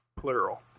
Plural